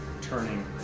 turning